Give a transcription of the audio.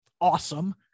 awesome